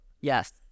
Yes